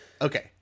Okay